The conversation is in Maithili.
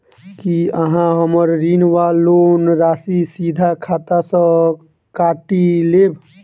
की अहाँ हम्मर ऋण वा लोन राशि सीधा खाता सँ काटि लेबऽ?